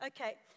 Okay